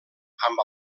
amb